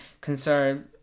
concern